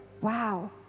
wow